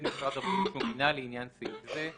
משרד הבריאות שהוא מינה לעניין סעיף זה;